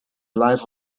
life